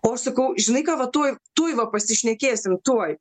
o aš sakau žinai ką va tuoj tuoj va pasišnekėsim tuoj